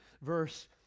verse